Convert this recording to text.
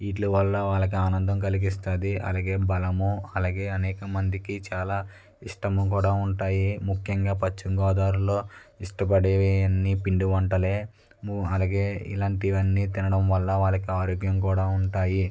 వీటి వలన వాళ్ళకి ఆనందం కలిగిస్తుంది అలాగే బలం అనేకమందికి చాలా ఇష్టము కూడా ఉంటాయి ముఖ్యంగా పశ్చిమ గోదావరిలో ఇష్టపడేవి అన్ని పిండి వంటలే అలాగే ఇలాంటివి అన్ని తినడం వలన వాళ్ళకి ఆరోగ్యం కూడా ఉంటాయి